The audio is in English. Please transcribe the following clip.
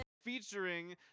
Featuring